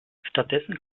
stattdessen